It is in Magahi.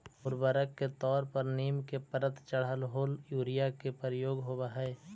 उर्वरक के तौर पर नीम के परत चढ़ल होल यूरिया के प्रयोग होवऽ हई